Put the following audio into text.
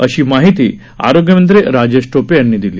अशी माहिती आरोग्यमंत्री राजेश टोप्रे यांनी दिली